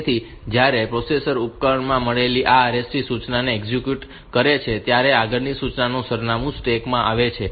તેથી જ્યારે પ્રોસેસર ઉપકરણમાંથી મળેલી આ RST સૂચનાને એક્ઝિક્યુટ કરે છે ત્યારે તે આગળની સૂચનાનું સરનામું સ્ટેક માં સાચવે છે